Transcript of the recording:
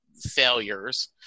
failures